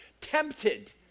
tempted